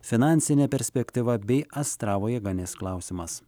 finansinė perspektyva bei astravo jėgainės klausimas